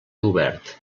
obert